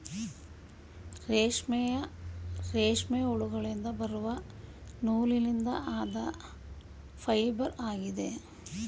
ರೇಷ್ಮೆಯು, ರೇಷ್ಮೆ ಹುಳುಗಳಿಂದ ಬರುವ ನೂಲಿನಿಂದ ಆದ ಫೈಬರ್ ಆಗಿದೆ